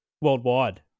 Worldwide